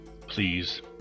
Please